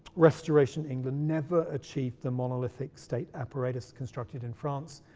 restoration england never achieved the monolithic state apparatus constructed in france,